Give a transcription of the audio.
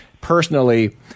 personally